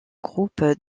groupe